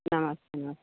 नमस्ते नमस्ते